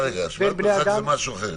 שמירת מרחק זה משהו אחר.